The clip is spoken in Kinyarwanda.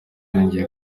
yongeye